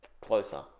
closer